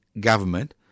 government